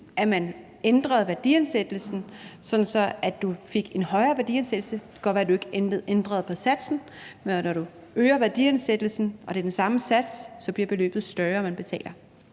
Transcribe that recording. at man ændrede værdiansættelsen, altså sådan at man fik en højere værdiansættelse? Det kan godt være, at du ikke ændrer på satsen, men når du øger værdiansættelsen og det er den samme sats, bliver beløbet, man betaler,